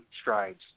strides